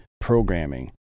programming